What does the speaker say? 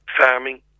farming